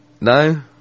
no